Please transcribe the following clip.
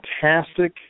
fantastic